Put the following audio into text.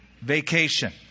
vacation